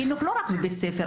החינוך הוא לא רק בבית הספר,